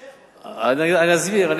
בהמשך, בכוונות, אני אסביר.